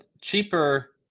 cheaper